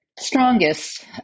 strongest